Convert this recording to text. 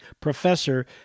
professor